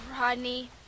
Rodney